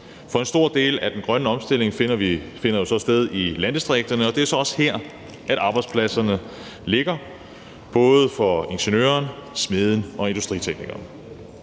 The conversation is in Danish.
For en stor del af den grønne omstilling finder jo sted i landdistrikterne, og det er så også her, arbejdspladserne ligger, både for ingeniøren, smeden og industriteknikeren.